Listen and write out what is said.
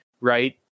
right